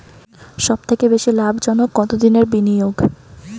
সবথেকে বেশি লাভজনক কতদিনের বিনিয়োগ?